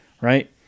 right